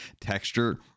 texture